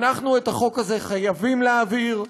אנחנו את החוק הזה חייבים להעביר.